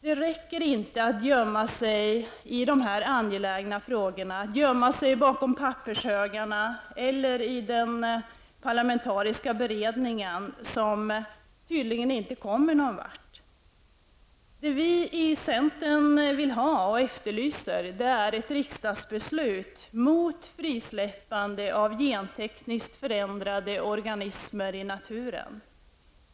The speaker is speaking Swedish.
Det räcker inte med att gömma sig i dessa angelägna frågor bakom pappershögarna eller i den parlamentariska beredningen, som tydligen inte kommer någon vart. Det vi i centern vill ha och efterlyser är ett riksdagsbeslut emot frisläppande av gentekniskt förändrade organismer i naturen.